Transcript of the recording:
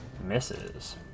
misses